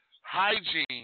hygiene